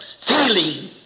Feeling